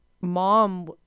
mom